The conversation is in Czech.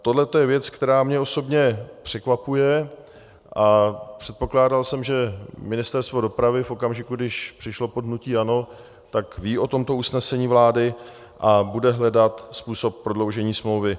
Tohleto je věc, která mě osobně překvapuje, a předpokládal jsem, že Ministerstvo dopravy v okamžiku, kdy přešlo pod hnutí ANO, ví o tomto usnesení vlády a bude hledat způsob prodloužení smlouvy.